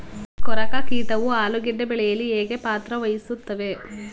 ಕೊರಕ ಕೀಟವು ಆಲೂಗೆಡ್ಡೆ ಬೆಳೆಯಲ್ಲಿ ಹೇಗೆ ಪಾತ್ರ ವಹಿಸುತ್ತವೆ?